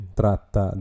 tratta